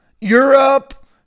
Europe